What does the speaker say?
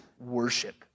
worship